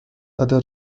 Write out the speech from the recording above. other